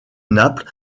naples